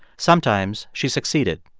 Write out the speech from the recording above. sometimes she succeeded,